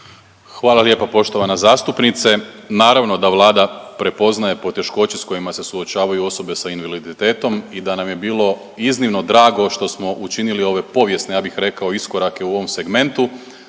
Hvala lijepo poštovana zastupnice. Naravno da Vlada prepoznaje poteškoće s kojima se suočavaju osobe sa invaliditetom i da nam je bilo iznimno drago što smo učinili ove povijesne ja bih rekao iskorake u ovom segmentu.